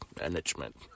Management